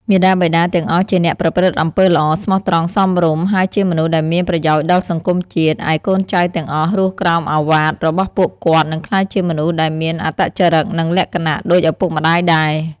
មាតាបិតា ទាំងអស់ជាអ្នកប្រព្រឹត្តអំពើល្អ ស្មោះត្រង់ សមរម្យ ហើយជាមនុស្សដែលមានប្រយោជន៍ដល់សង្គមជាតិ ឯកូនចៅទាំងអស់រស់ក្រោមឱវាទរបស់ពួកគាត់ និងក្លាយជាមនុស្សដែលមានអត្តចរឹក និងលក្ខណៈដូចឱពុកម្ដាយដែរ។